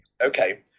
okay